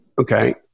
Okay